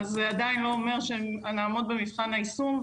זה עדיין לא אומר שנעמוד במבחן היישום,